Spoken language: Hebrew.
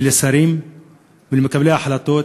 ולשרים ולמקבלי ההחלטות,